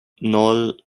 knoll